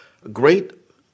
great